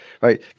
right